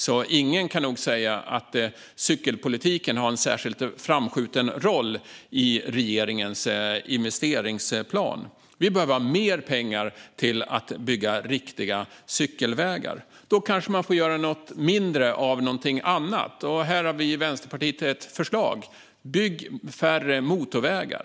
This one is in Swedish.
Därför kan nog ingen säga att cykelpolitiken har en särskilt framskjuten roll i regeringens investeringsplan. Vi behöver ha mer pengar till att bygga riktiga cykelvägar. Då kanske man får göra mindre av någonting annat. Här har vi i Vänsterpartiet ett förslag: Bygg färre motorvägar!